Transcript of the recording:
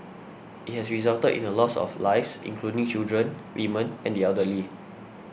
it has resulted in the loss of lives including children women and the elderly